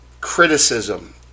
criticism